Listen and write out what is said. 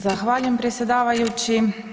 Zahvaljujem predsjedavajući.